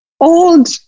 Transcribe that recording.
old